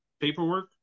paperwork